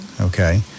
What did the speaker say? Okay